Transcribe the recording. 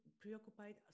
preoccupied